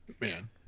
man